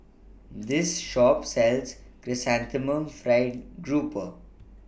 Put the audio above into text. This Shop sells Chrysanthemum Fried Grouper